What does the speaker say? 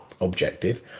objective